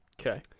Okay